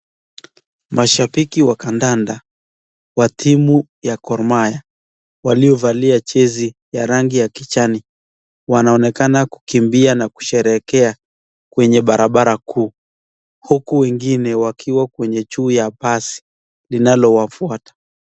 Mashabiki ya kandanda ya timu ya Gor mahia waliyovalia jesi ya rangi ya kijani wanaonekana na kusherekea kwenye barabara kuu huku wengine wakiwa kwenye juu ya basi linalowafuata.